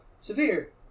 severe